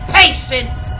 patience